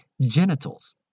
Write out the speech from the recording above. genitals